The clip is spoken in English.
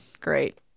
great